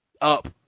up